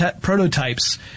prototypes